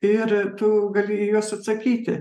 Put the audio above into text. ir tu gali į juos atsakyti